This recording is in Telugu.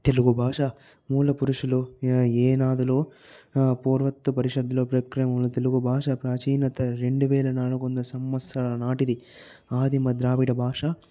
తెలుగు భాష మూల పురుషులు ఏనాదులో పూర్వత్తు పరిషత్తులో మన తెలుగు భాష ప్రాచీన్యత రెండు వేల నాలుగు వందల సంవత్సరాల నాటిది ఆదిమ ద్రావిడ భాష